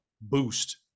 boost